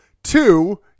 Two